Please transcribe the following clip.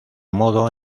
modo